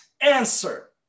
answer